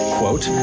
quote